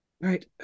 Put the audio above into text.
right